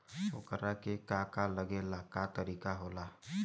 ओकरा के का का लागे ला का तरीका होला?